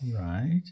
Right